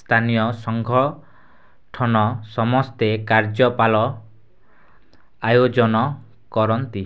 ସ୍ଥାନୀୟ ସଂଘଠନ ସମସ୍ତେ କାର୍ଯ୍ୟପାଲ ଆୟୋଜନ କରନ୍ତି